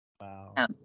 Wow